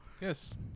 yes